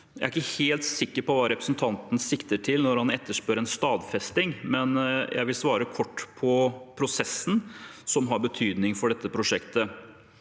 Jeg er ikke helt sikker på hva representanten sikter til når han etterspør en stadfesting, men jeg vil svare kort på prosessen som har betydning for dette prosjektet.